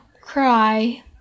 cry